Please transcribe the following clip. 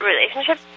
relationship